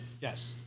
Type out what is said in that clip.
yes